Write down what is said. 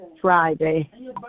Friday